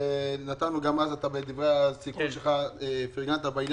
גם בדברי הסיכום שלך פירגנת לה.